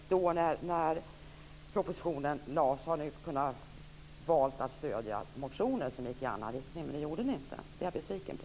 När propositionen lades fram hade ni direkt kunnat välja att stödja motionen som gick i en annan riktning. Det gjorde ni inte. Det är jag besviken på.